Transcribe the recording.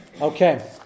Okay